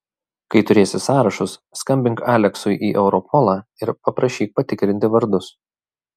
kai turėsi sąrašus skambink aleksui į europolą ir paprašyk patikrinti vardus